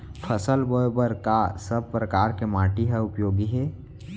फसल बोए बर का सब परकार के माटी हा उपयोगी हे?